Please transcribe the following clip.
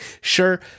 Sure